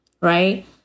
right